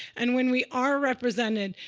and when we are represented,